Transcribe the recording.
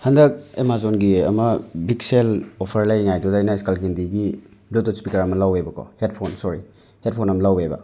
ꯍꯟꯗꯛ ꯑꯦꯃꯥꯖꯣꯟꯒꯤ ꯑꯃ ꯕꯤꯛꯁꯦꯜ ꯑꯣꯐꯔ ꯂꯩꯔꯤꯉꯥꯏꯗꯨꯗ ꯑꯩꯅ ꯁ꯭ꯀꯜꯀꯦꯟꯗꯤꯒꯤ ꯕ꯭ꯂꯨꯇꯨꯠ ꯁ꯭ꯄꯤꯀꯔ ꯑꯃ ꯂꯧꯋꯦꯕꯀꯣ ꯍꯦꯠꯐꯣꯟ ꯁꯣꯔꯤ ꯍꯦꯠꯐꯣꯟ ꯑꯃ ꯂꯧꯋꯦꯕ